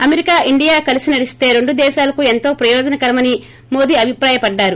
America India కలిసి నడిస్తే రెండు దేశాలకు ఎంతో ప్రయోజనకరమని మోదీ అభిప్రాయపడ్డారు